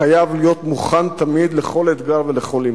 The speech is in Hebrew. חייב להיות מוכן תמיד לכל אתגר ולכל עימות.